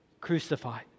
crucified